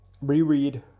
reread